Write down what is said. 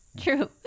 True